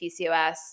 PCOS